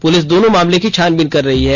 police दोनों मामले की छानबीन कर रही है